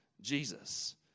Jesus